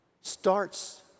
starts